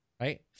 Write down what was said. right